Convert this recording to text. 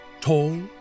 tall